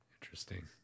interesting